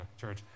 church